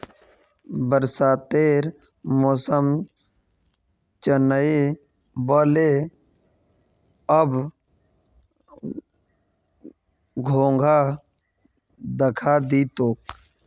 बरसातेर मौसम चनइ व ले, अब घोंघा दखा दी तोक